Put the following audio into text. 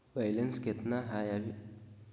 Balance केतना हय अभी?